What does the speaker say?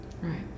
Right